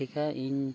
ᱴᱷᱤᱠᱟ ᱤᱧ